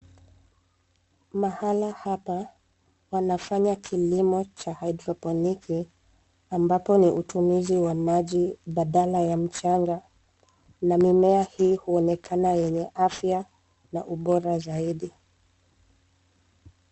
Mahala hapa panafanya kilimo cha hydroponiki ambapo ni utumizi wa maji badala ya mchanga na mimea hii huonekana yenye afya na ubora zaidi.